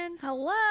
hello